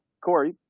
Corey